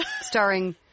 starring